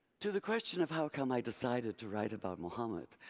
to the question of how come i decided to write about muhammad,